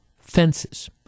fences